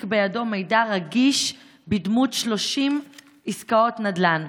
בידו מידע רגיש בדמות 30 עסקאות נדל"ן.